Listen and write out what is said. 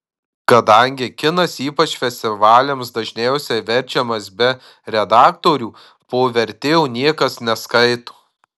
kadangi kinas ypač festivaliams dažniausiai verčiamas be redaktorių po vertėjo niekas neskaito